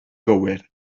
gywir